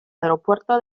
aeropuerto